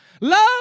Love